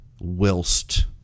whilst